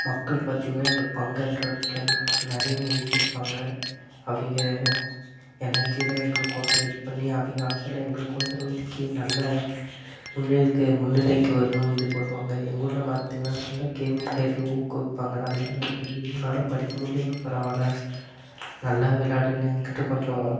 மக்கள் பார்த்தீங்கன்னா எங்களுக்கு பங்காற்றதுக்கு எல்லாம் நிறைய முயற்சி எடுப்பாங்க அவங்க எனெர்ஜியெலாம் எங்களுக்கோசரம் இது பண்ணி அவங்க ஆற்றலை எங்களுக்கோசரம் ஒதுக்கி நல்ல முன்னேறதுக்கு முன்னிலைக்கு வரணும்னு இது பண்ணுவாங்க எங்கள் ஊரில் பார்த்தீங்கன்னா நல்ல கேம் பிளேயருக்கு ஊக்குவிப்பாங்க நல்லா விளையாடு தம்பி உன்னால் படிக்க முடியலைனா பரவாயில்ல நல்லா விளையாடுன்னு எங்ககிட்ட கொஞ்சம்